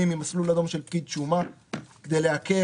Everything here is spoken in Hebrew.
הכול טוב